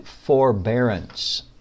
forbearance